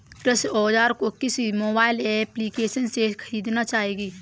कृषि औज़ार को किस मोबाइल एप्पलीकेशन से ख़रीदना चाहिए?